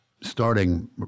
starting